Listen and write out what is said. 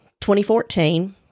2014